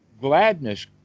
gladness